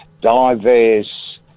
diverse